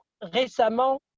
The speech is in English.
récemment